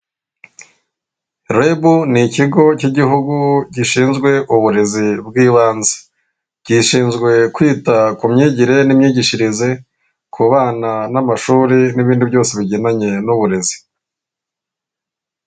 Rebu ni ikigo cy'igihugu gishinzwe uburezi bw'ibanze. Gishinzwe kwita ku myigire n'imyigishirize ku bana n'amashuri n'ibindi byose bigendanye n'uburezi.